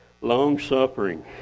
long-suffering